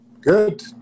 Good